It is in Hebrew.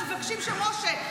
אנחנו מבקשים שמשה,